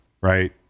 right